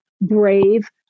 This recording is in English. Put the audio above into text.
brave